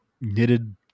knitted